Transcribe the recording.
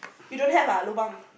you don't have ah lobang